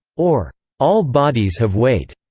or, all bodies have weight.